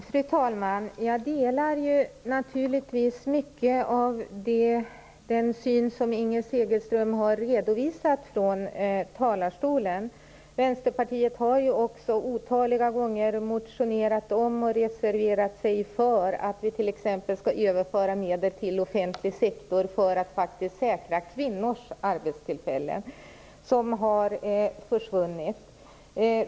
Fru talman! Jag delar naturligtvis i mycket den syn som Inger Segelström har redovisat. Vänsterpartiet har otaliga gånger motionerat om och reserverat sig t.ex. för överföring av medel till offentlig sektor för skapande av nya arbetstillfällen för kvinnor i stället för sådana arbetstillfällen som har försvunnit.